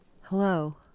Hello